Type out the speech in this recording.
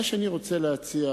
מה שאני רוצה להציע,